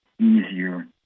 easier